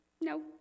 No